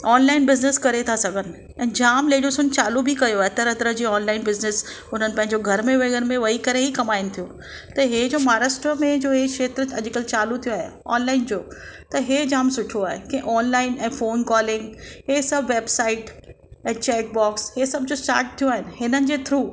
online business करे थी सघनि ऐं जाम लेडिसुनि चालू बि कयो आहे तरह तरह जो ऑनलाइन बिज़नस उन्हनि पंहिंजो जो घर में में वेही करे ई कमाएनि थियूं त इहो जो महाराष्ट्र में जो इहो खेत्रु अॼुकल्ह चालू थियो आहे ऑनलाइन जो त इहो जाम सुठो आहे की ऑनलाइन ऐं फ़ोन कॉलिंग इहे सभु वेबसाइट ऐं चेट बॉक्स इहे सभ जो स्टाट थियो आहे हिननि जे थ्रू